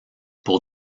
pour